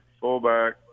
fullback